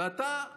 ואתה לא,